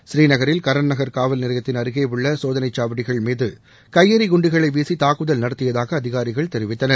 ஸ்ரீநகரில் கரள் நகர் காவல் நிலையத்தின் அருகே உள்ள சோதனைச் சாவடிகள் மீது கையெறி குண்டுகளை வீசி தீவிரவாதிகள் தாக்குதல் நடத்தியதாக அதிகாரிகள் தெரிவித்தனர்